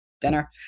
dinner